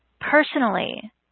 personally